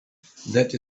that